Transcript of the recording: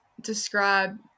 Describe